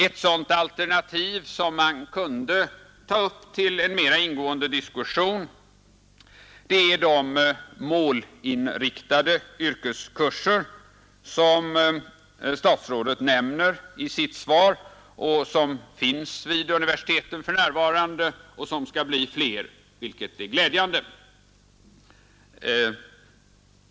Ett sådant alternativ, som man kunde ta upp till en mera ingående diskussion, är de målinriktade yrkeskurser som statsrådet nämner i sitt svar, kurser som finns vid universiteten för närvarande och som kommer att bli fler, vilket är glädjande.